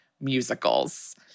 musicals